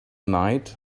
night